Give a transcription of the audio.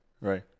right